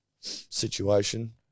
situation